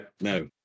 No